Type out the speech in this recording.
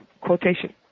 quotation